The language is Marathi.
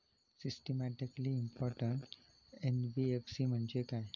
सिस्टमॅटिकली इंपॉर्टंट एन.बी.एफ.सी म्हणजे काय?